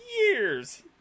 years